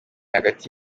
hagati